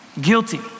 guilty